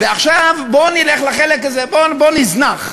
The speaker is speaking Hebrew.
ועכשיו, בוא נלך לחלק הזה, בואו נזנח,